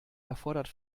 erfordert